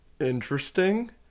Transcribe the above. Interesting